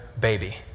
baby